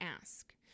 ask